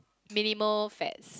minimal fats